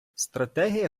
стратегія